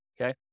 Okay